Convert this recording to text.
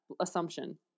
assumption